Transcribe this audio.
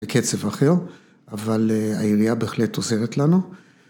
בקצב אחר, אבל העירייה בהחלט עוזרת לנו.